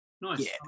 nice